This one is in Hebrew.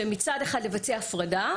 שמצד אחד לבצע הפרדה,